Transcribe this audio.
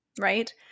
right